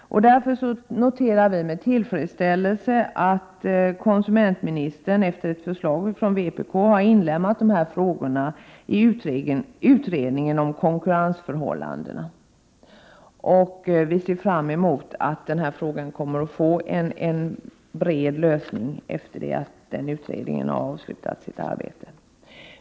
Därför noterar vi med tillfredsställelse att konsumentministern efter ett förslag från vpk har inlemmat dessa frågor i utredningen om konkurrensför hållandena. Vi ser fram mot att frågan kommer att få en bred lösning efter det att utredningen har avslutat sitt arbete.